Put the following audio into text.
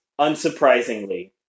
unsurprisingly